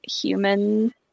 human